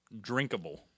drinkable